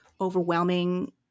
overwhelming